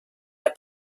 der